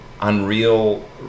Unreal